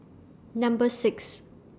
Number six